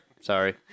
Sorry